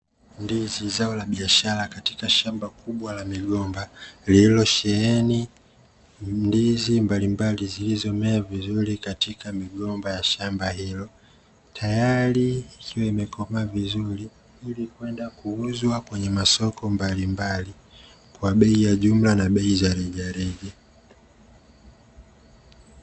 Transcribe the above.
Ndizi zao la biashara katika shamba kubwa la migomba lililosheheni ndizi mbalimbali zilizomea vizuri katika migomba ya shamba hilo, tayari ikiwa imekomaa vizuri ili kwenda kuuzwa kwenye masoko mbalimbali kwa bei ya jumla na bei za rejareja.